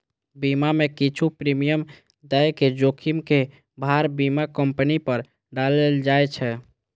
बीमा मे किछु प्रीमियम दए के जोखिम के भार बीमा कंपनी पर डालल जाए छै